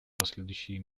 последующие